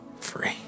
free